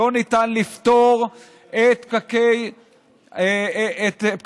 לא ניתן לפתור את פקקי התנועה,